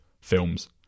films